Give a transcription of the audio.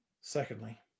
Secondly